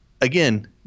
again